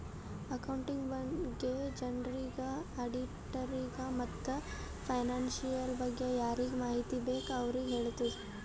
accounting ಬಗ್ಗೆ ಜನರಿಗ್, ಆಡಿಟ್ಟರಿಗ ಮತ್ತ್ ಫೈನಾನ್ಸಿಯಲ್ ಬಗ್ಗೆ ಯಾರಿಗ್ ಮಾಹಿತಿ ಬೇಕ್ ಅವ್ರಿಗ ಹೆಳ್ತುದ್